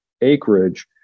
acreage